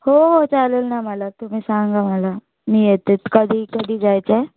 हो हो चालेल ना मला तुम्ही सांगा मला मी येते कधी कधी जायचं आहे